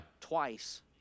twice